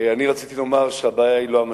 אני רציתי לומר שהבעיה היא לא המשטים,